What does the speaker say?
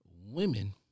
women